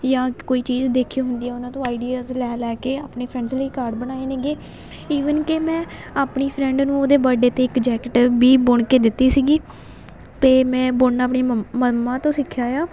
ਜਾਂ ਕੋਈ ਚੀਜ਼ ਦੇਖੀ ਹੁੰਦੀ ਹੈ ਉਹਨਾਂ ਤੋਂ ਆਈਡੀਆਜ਼ ਲੈ ਲੈ ਕੇ ਆਪਣੇ ਫਰੈਂਡਸ ਲਈ ਕਾਰਡ ਬਣਾਏ ਨੇਗੇ ਈਵਨ ਕਿ ਮੈਂ ਆਪਣੀ ਫਰੈਂਡ ਨੂੰ ਉਹਦੇ ਬਰਡੇ 'ਤੇ ਇੱਕ ਜੈਕਟ ਵੀ ਬੁਣ ਕੇ ਦਿੱਤੀ ਸੀਗੀ ਅਤੇ ਮੈਂ ਬੁਣਨਾ ਆਪਣੀ ਮੰਮ ਮੰਮਾ ਤੋਂ ਸਿੱਖਿਆ ਆ